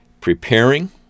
preparing